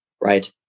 right